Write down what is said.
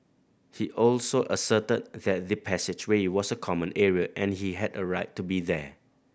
he also asserted that the passageway was a common area and he had a right to be there